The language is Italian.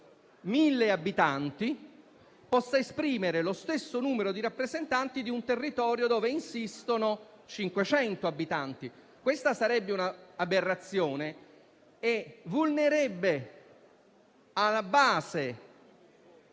1.000 abitanti possa esprimere lo stesso numero di rappresentanti di un territorio dove insistono 500 abitanti. Questa sarebbe un'aberrazione e vulnererebbe alla base il